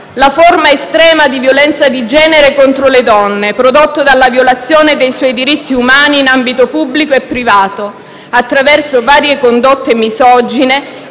«La forma estrema di violenza di genere contro le donne, prodotto dalla violazione dei suoi diritti umani in ambito pubblico e privato, attraverso varie condotte misogine